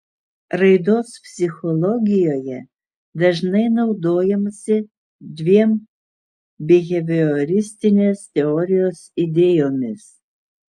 raidos psichologijoje dažnai naudojamasi dviem bihevioristinės teorijos idėjomis